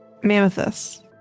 Mammothus